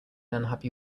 unhappy